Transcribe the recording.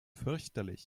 fürchterlich